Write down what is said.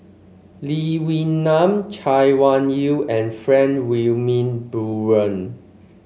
Lee Wee Nam Chay Weng Yew and Frank Wilmin Brewer